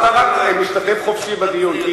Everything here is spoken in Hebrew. אתה רק משתתף חופשי בדיון.